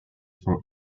for